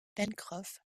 pencroff